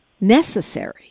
necessary